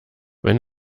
wenn